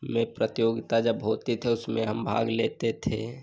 में प्रतियोगिता जब होती थी उसमें हम भाग लेते थे